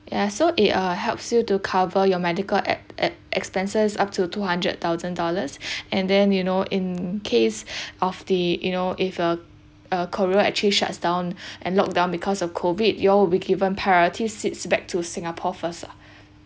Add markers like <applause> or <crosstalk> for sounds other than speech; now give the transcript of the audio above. yeah so it uh helps you to cover your medical ex~ ex~ expenses up to two hundred thousand dollars <breath> and then you know in case <breath> of the you know if uh uh korea actually shuts down <breath> and locked down because of COVID you all will be given priority seats back to singapore first lah